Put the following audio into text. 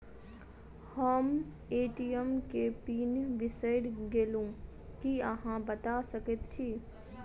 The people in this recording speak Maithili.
हम ए.टी.एम केँ पिन बिसईर गेलू की अहाँ बता सकैत छी?